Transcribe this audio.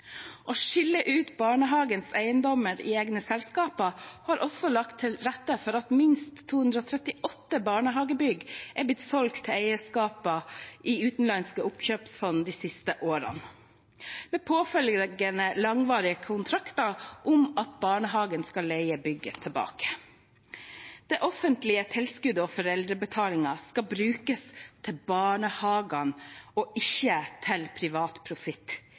Å skille ut barnehagenes eiendommer i egne selskaper har også lagt til rette for at minst 238 barnehagebygg er solgt av eierselskaper til utenlandske oppkjøpsfond de siste årene, med påfølgende langvarige kontrakter om at barnehagen skal leie bygget tilbake. Det offentlige tilskuddet og foreldrebetalingen skal brukes til barnehagene og ikke til privat profitt.